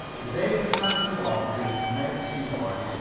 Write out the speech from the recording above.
the day it was announced to bob that he was to make a sea voyage,